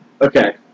Okay